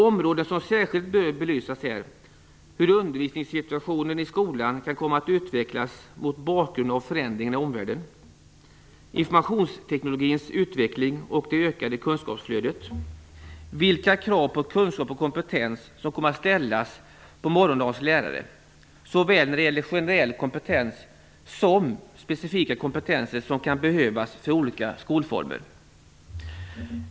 Områden som särskilt bör belysas är hur undervisningssituationen i skolan kan komma att utvecklas mot bakgrund av förändringen i omvärlden, informationsteknikens utveckling och det ökade kunskapsflödet. En annan fråga är vilka krav på kunskap och kompetens som kommer att ställas på morgondagens lärare såväl när det gäller generell kompetens som specifik kompetens som kan behövas för olika skolformer.